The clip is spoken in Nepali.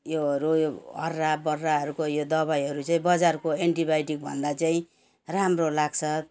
यो रोयो हर्रा बर्राहरूको दबाईहरू चाहिँ बजारको एन्टिबायोटिक भन्दा चाहिँ राम्रो लाग्छ